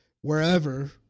wherever